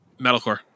Metalcore